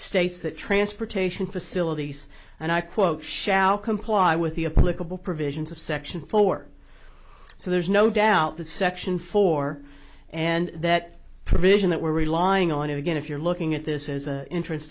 states that transportation facilities and i quote shall comply with the a political provisions of section four so there's no doubt that section four and that provision that we're relying on again if you're looking at this is an entrance